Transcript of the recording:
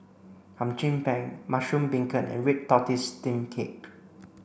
Hum Chim Peng mushroom beancurd and red tortoise steamed cake